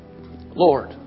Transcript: Lord